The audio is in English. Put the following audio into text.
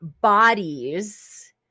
bodies